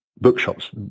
bookshops